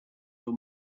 your